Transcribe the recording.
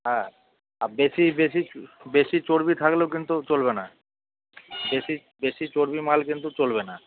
হ্যাঁ আর বেশি বেশি বেশি চর্বি থাকলেও কিন্তু চলবে না বেশি বেশি চর্বি মাল কিন্তু চলবে না